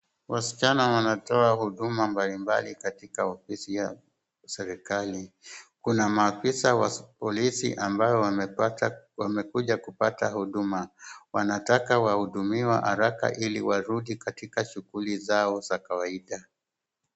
Wasichana wanatoa huduma mbalimbali katika ofisi ya serikali. Kuna maafisa wa polisi ambao wamekuja kupata huduma. Wanataka wahudumiwe haraka ili warudi katika shughuli zao za kawaida.